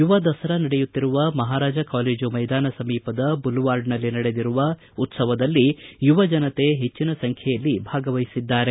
ಯುವ ದಸರಾ ನಡೆಯುತ್ತಿರುವ ಮಹಾರಾಜ ಕಾಲೇಜು ಮೈದಾನ ಸಮೀಪದ ಬುಲ್ವಾರ್ಡ್ನಲ್ಲಿ ನಡೆದಿರುವ ಉತ್ಸವದಲ್ಲಿ ಯುವ ಜನತೆ ಹೆಚ್ಚಿನ ಸಂಖ್ಯೆಯಲ್ಲಿ ಭಾಗವಹಿಸಿದ್ದಾರೆ